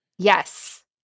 Yes